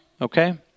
okay